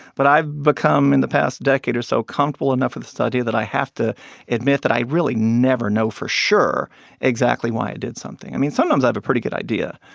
but i've become, in the past decade or so, comfortable enough with the study that i have to admit that i really never know for sure exactly why i did something i mean, sometimes i have a pretty good idea,